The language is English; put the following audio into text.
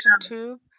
tube